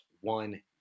one